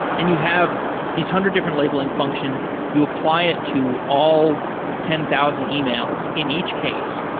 and you have these hundred different labeling functions. you apply it to all ten thousand emails in each case,